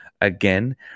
again